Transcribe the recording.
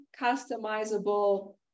customizable